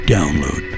Download